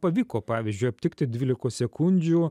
pavyko pavyzdžiui aptikti dvylikos sekundžių